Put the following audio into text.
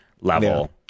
level